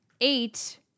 Eight